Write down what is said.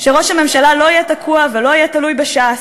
שראש הממשלה לא יהיה תקוע ולא יהיה תלוי בש"ס,